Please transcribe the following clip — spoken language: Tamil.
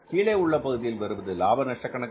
கீழ்பகுதியில் வருவது லாப நஷ்ட கணக்கு